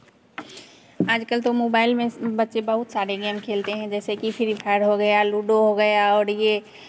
आजकल तो मोबाइल में बच्चे बहुत सारे गेम खेलते हैं जैसे कि फ्री फायर हो गया लूडो हो गया और ये